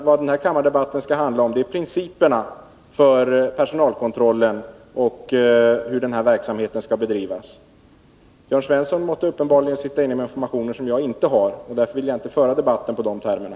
Vad den skall handla om är principerna för personalkontrollen och hur verksamheten skall bedrivas. Jörn Svensson sitter som sagt tydligen inne med information som jag inte har, och därför vill jag inte föra debatten i de termerna.